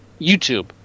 YouTube